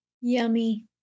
Yummy